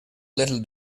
little